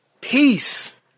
peace